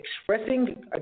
expressing